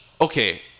okay